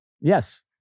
Yes